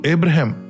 Abraham